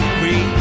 free